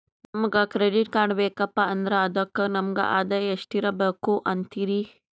ನಮಗ credit card ಬೇಕಪ್ಪ ಅಂದ್ರ ಅದಕ್ಕ ನಮಗ ಆದಾಯ ಎಷ್ಟಿರಬಕು ಅಂತೀರಿ?